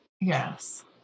Yes